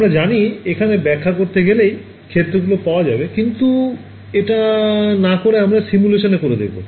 আমরা জানি এখানে ব্যখ্যা করতে গেলেই ক্ষেত্রগুলো পাওয়া যাবে কিন্তু এটা না করে আমরা সিমুলেশানে করে দেখবো